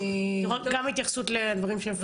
גם התייחסות לדברים של פורר.